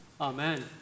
Amen